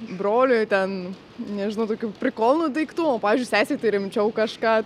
broliui ten nežinau tokių prikolnų daiktų o pavyzdžiui sesei tai rimčiau kažką